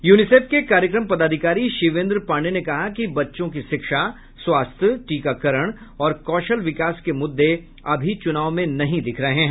UNICEF के कार्यक्रम पदाधिकारी शिवेंद्र पांडेय ने कहा कि बच्चों की शिक्षा स्वास्थ्य टीकाकरण और कौशल विकास के मुद्दे अभी चुनाव में नहीं दिख रहे हैं